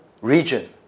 region